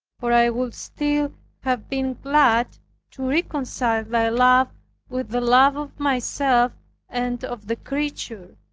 for i would still have been glad to reconcile thy love with the love of myself and of the creature.